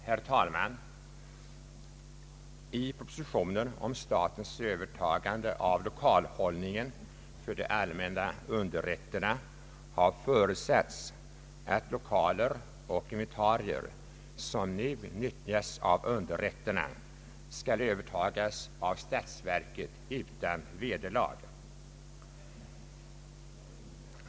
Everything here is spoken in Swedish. Herr talman! I propositionen om statens övertagande av lokalhållningen för de allmänna underrätterna har förutsagts att lokaler och inventarier, som nu nyttjas av underrätterna, skall övertas av statsverket utan vederlag.